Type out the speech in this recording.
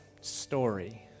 story